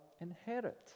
inherit